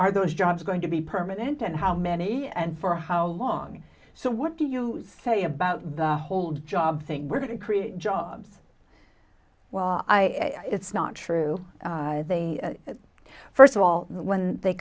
are those jobs going to be permanent and how many and for how long so what do you say about the whole job think we're going to create jobs well it's not true they first of all when they